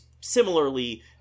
similarly